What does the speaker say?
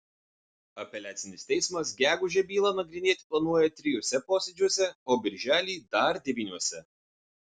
apeliacinis teismas gegužę bylą nagrinėti planuoja trijuose posėdžiuose o birželį dar devyniuose